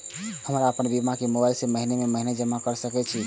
हम आपन बीमा के मोबाईल से महीने महीने जमा कर सके छिये?